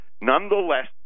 Nonetheless